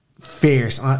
fierce